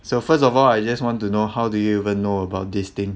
so first of all I just want to know how do you even know about this thing